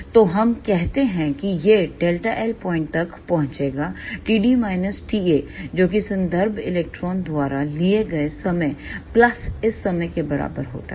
तो हम कहते हैं कि यहΔL पॉइंट तक पहुंचेगा जो कि संदर्भ इलेक्ट्रॉन द्वारा लिए गए समय प्लस इस समय के बराबर है